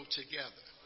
together